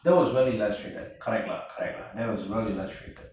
that was well illustrated correct lah correct lah that was well illustrated